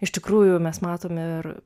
iš tikrųjų mes matom ir